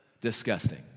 Disgusting